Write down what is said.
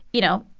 you know,